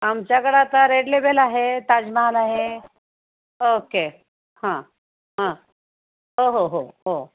आमच्याकडं आता Red Label आहे ताजमहाल आहे ओके हां हां हो हो हो हो